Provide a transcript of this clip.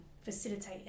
facilitate